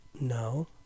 No